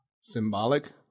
symbolic